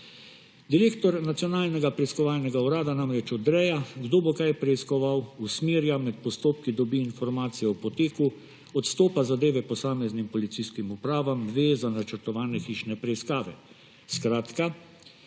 Direktor Nacionalnega preiskovalnega urada namreč odreja, kdo bo kaj preiskoval, usmerja med postopki, dobi informacijo o poteku, odstopa zadeve posameznim policijskim upravam, ve za načrtovane hiše preiskave.